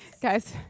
Guys